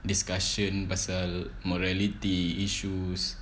discussion pasal morality issues